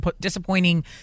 disappointing